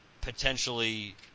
potentially